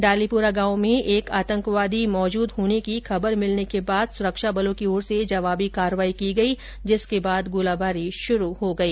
डालीपोरा गांव में एक आतंकवादी मौजूद होने की खबर मिलने के बाद सुरक्षाबलों की ओर से जवाबी कार्रवाई की गई जिसके बाद गोलीबारी शुरू हो गई